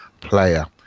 player